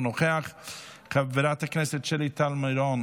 חבר הכנסת משה ארבל,